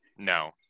No